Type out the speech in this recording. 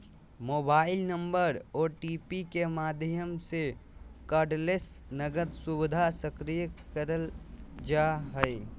mobile number OTP के माध्यम से कार्डलेस नकद सुविधा सक्रिय करल जा हय